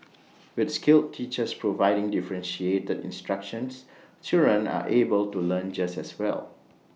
with skilled teachers providing differentiated instructions children are able to learn just as well